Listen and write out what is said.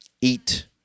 eat